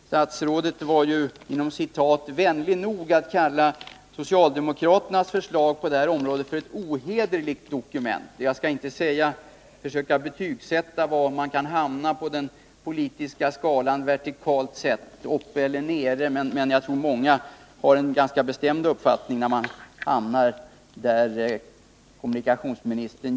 Statsrådet var ju ”vänlig nog” att kalla socialdemokraternas förslag på det här området för ett ohederligt dokument. Jag skall inte försöka betygsätta eller säga var kommunikationsministern hamnar på den politiska skalan vertikalt sett, om det är uppe eller nere, men jag tror många har en ganska bestämd uppfattning om var han hamnar.